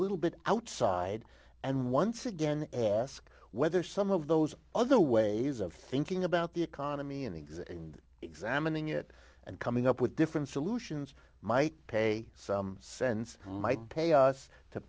little bit outside and once again ask whether some of those other ways of thinking about the economy and exist and examining it and coming up with different solutions might pay some sense might pay us to